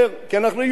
כי אנחנו יהודים.